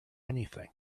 anything